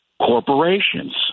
corporations